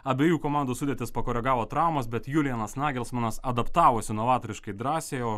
abiejų komandų sudėtis pakoregavo traumos bet julijanas nagelsmanas adaptavosi novatoriškai drąsiai o